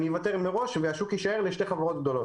אוותר מראש והשוק יישאר לשתי חברות גדולות.